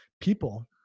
people